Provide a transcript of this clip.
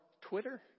Twitter